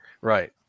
Right